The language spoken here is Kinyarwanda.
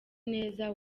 neza